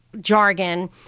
jargon